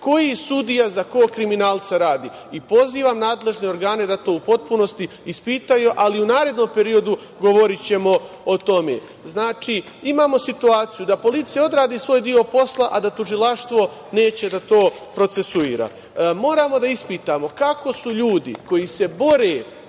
koji sudija za kog kriminalca radi, i pozivam nadležne organe da to u potpunosti ispitaju, ali u narednom periodu govorićemo o tome. Znači, imamo situaciju da policija odradi svoj deo posla, a da tužilaštvo neće da to procesuira. Moramo da ispitamo kako su ljudi koji se bore